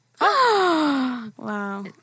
Wow